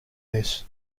this